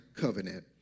covenant